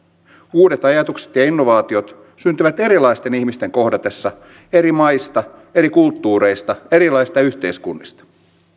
uudet ajatukset ja innovaatiot syntyvät erilaisten ihmisten kohdatessa eri maista eri kulttuureista erilaisista yhteiskunnista